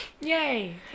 Yay